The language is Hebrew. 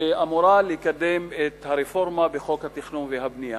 שאמורה לקדם את הרפורמה בחוק התכנון והבנייה.